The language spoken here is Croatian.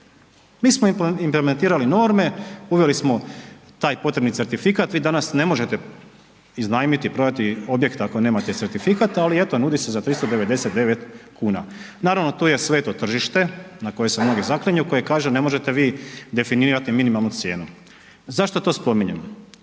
mi smo implementirali norme, uveli smo taj potrebni certifikat, vi danas ne možete iznajmiti i prodati objekt ako nemate certifikat, ali eto nudi se za 399,00 kn. Naravno, tu je sveto tržište na koje se mnogi zaklinju, koje kaže ne možete vi definirati minimalnu cijenu. Zašto to spominjem?